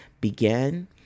begin